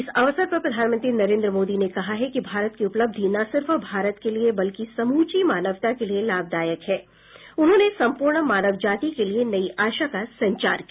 इस अवसर पर प्रधानमंत्री नरेन्द्र मोदी ने कहा है कि भारत की उपलब्धि न सिर्फ भारत के लिए बल्कि समूची मानवता के लिए लाभदायक है उन्होंने सम्पूर्ण मानव जाति के लिए नई आशा का संचार किया